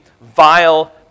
vile